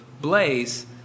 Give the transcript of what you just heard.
blaze